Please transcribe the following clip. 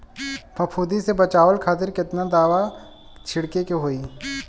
फाफूंदी से बचाव खातिर केतना दावा छीड़के के होई?